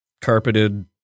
carpeted